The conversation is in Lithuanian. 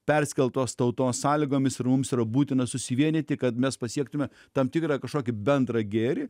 perskeltos tautos sąlygomis ir mums yra būtina susivienyti kad mes pasiektume tam tikrą kažkokį bendrą gėrį